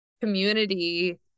community